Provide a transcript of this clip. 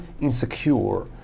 insecure